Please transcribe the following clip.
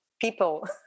people